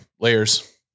Layers